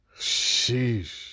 Sheesh